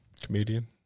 comedian